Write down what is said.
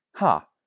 ha